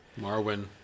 Marwin